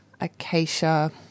acacia –